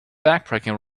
backpacking